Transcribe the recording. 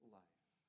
life